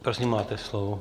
Prosím, máte slovo.